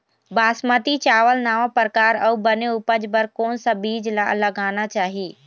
बासमती चावल नावा परकार अऊ बने उपज बर कोन सा बीज ला लगाना चाही?